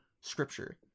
Scripture